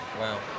Wow